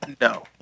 no